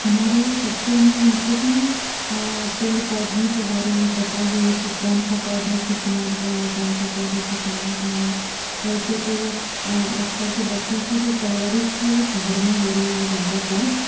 हमारे बच्चे हैं उनको भी पेड़ पौधों के बारे में पता हो कि कौनसा पौधा किस नाम का है कौनसा पौधा किस नाम का है वैसे तो आजकल के बच्चों की जो परवरिश है वो शहर में हो रही है ज़्यादातर